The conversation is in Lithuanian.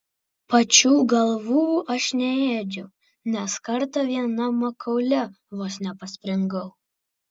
pačių galvų aš neėdžiau nes kartą viena makaule vos nepaspringau